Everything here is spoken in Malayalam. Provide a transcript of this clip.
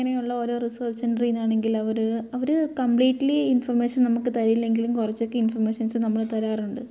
ഇങ്ങനെയുള്ള ഓരോ റിസർച്ച് സെൻറ്ററിൽ നിന്നാണെങ്കിൽ അവർ അവർ കോംപ്ലിറ്റിലി ഇൻഫർമേഷൻ നമുക്ക് തരില്ലെങ്കിലും കുറച്ചൊക്കെ ഇൻഫൊർമേഷൻസ് നമുക്ക് തരാറുണ്ട്